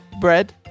bread